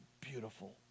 beautiful